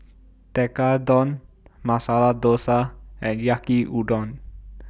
Tekkadon Masala Dosa and Yaki Udon